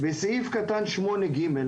בסעיף קטן 8/ג',